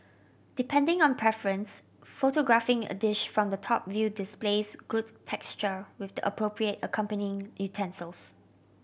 depending on preference photographing a dish from the top view displays good texture with the appropriate accompanying utensils